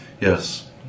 Yes